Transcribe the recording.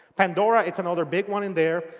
pandora is another big one in there.